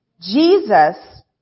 Jesus